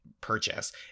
purchase